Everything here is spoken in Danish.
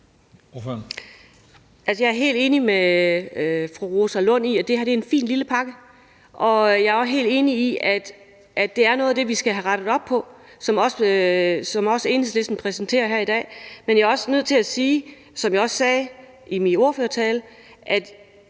Jeg er helt enig med fru Rosa Lund i, at det her er en fin lille pakke, og jeg er også helt enig i, at det er noget af det, som også Enhedslisten præsenterer her i dag, vi skal have rettet op på. Men jeg er også nødt til at sige, som jeg også sagde det i min ordførertale, at